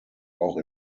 auch